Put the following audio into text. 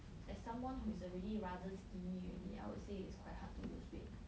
as someone who is already rather skinny already I would say it's quite hard to lose weight